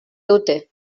dute